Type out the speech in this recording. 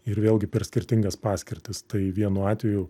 ir vėlgi per skirtingas paskirtis tai vienu atveju